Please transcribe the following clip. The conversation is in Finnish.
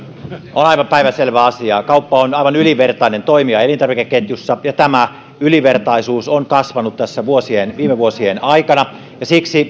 aivan päivänselvä asia että kauppa on aivan ylivertainen toimija elintarvikeketjussa ja tämä ylivertaisuus on kasvanut viime vuosien aikana siksi